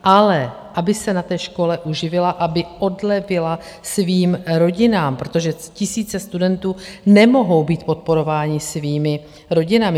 Ale aby se na té škole uživila, aby odlevila svým rodinám, protože tisíce studentů nemohou být podporováni svými rodinami.